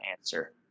answer